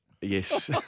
Yes